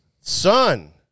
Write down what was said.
son